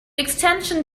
extension